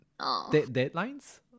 deadlines